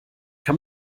kann